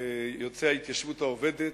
יוצאי ההתיישבות העובדת,